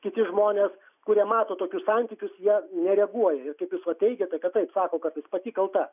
kiti žmonės kurie mato tokius santykius jie nereaguoja ir kaip jūs va teigiate kad taip sako kad ji pati kalta